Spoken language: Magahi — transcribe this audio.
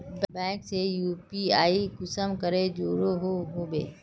बैंक से यु.पी.आई कुंसम करे जुड़ो होबे बो?